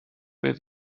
beth